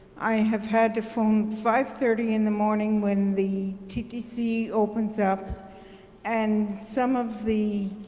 i have had to phone five thirty in the morning, when the ttc opens up and some of the